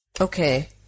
Okay